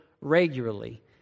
regularly